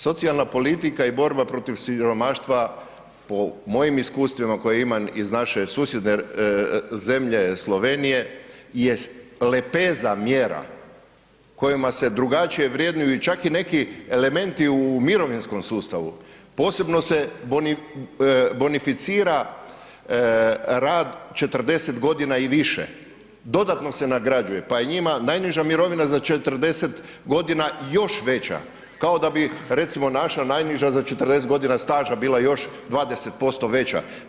Socijalna politika i borba protiv siromaštva po mojim iskustvima koje imam iz naše susjedne zemlje Slovenije jest lepeza mjera kojima se drugačije vrednuju i čak i neki elementi u mirovinskom sustavu, posebno se bonificira rad 40 g. i više, dodatno se nagrađuje pa je njima najniža mirovima za 40 g. još veća, kao da bi recimo naša najniža za 40 g. staža bila još 20% veća.